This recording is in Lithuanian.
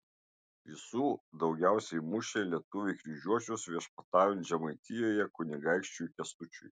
visų daugiausiai mušė lietuviai kryžiuočius viešpataujant žemaitijoje kunigaikščiui kęstučiui